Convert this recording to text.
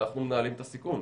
אנחנו מנהלים את הסיכון.